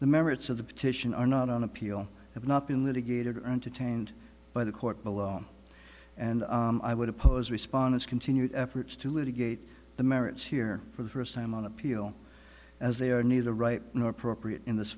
the merits of the petition are not on appeal have not been litigated entertained by the court below and i would oppose respondents continued efforts to litigate the merits here for the first time on appeal as they are neither right nor appropriate in this